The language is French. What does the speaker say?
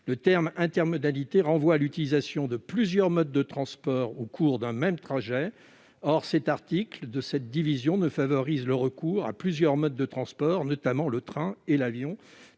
Le terme « intermodalité » renvoie à l'utilisation de plusieurs modes de transport au cours d'un même trajet. Or aucun article de cette division ne favorise le recours à plusieurs modes de transport, notamment le train et l'avion,